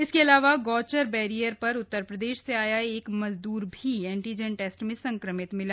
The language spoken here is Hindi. इसके अलावा गौचर बैरियर पर उत्तर प्रदेश से आया एक मजदूर भी एन्टीजन टेस्ट में संक्रमित मिला